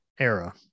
era